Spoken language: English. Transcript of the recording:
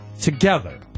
together